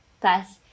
Plus